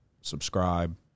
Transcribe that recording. subscribe